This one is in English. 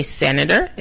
senator